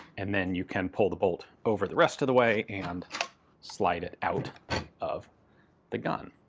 and then you can pull the bolt over the rest of the way and slide it out of the gun.